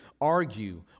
argue